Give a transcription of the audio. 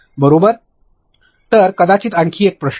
बरोबर तर कदाचित आणखी एक प्रश्न